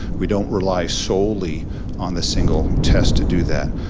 we don't rely solely on the single test to do that.